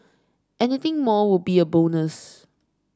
anything more will be a bonus